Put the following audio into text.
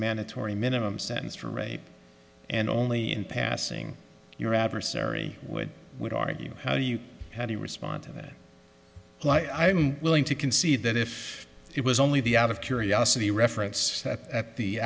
mandatory minimum sentence for rape and only in passing your adversary would would argue how do you how do you respond to that lie and i'm willing to concede that if it was only the out of curiosity reference at the